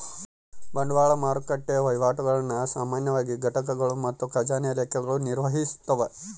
ಬಂಡವಾಳ ಮಾರುಕಟ್ಟೆ ವಹಿವಾಟುಗುಳ್ನ ಸಾಮಾನ್ಯವಾಗಿ ಘಟಕಗಳು ಮತ್ತು ಖಜಾನೆ ಇಲಾಖೆಗಳು ನಿರ್ವಹಿಸ್ತವ